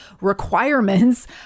requirements